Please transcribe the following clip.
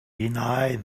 deny